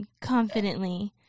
confidently